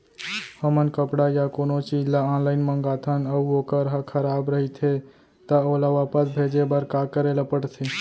हमन कपड़ा या कोनो चीज ल ऑनलाइन मँगाथन अऊ वोकर ह खराब रहिये ता ओला वापस भेजे बर का करे ल पढ़थे?